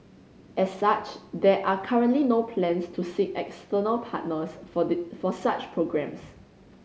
as such there are currently no plans to seek external partners for for such programmes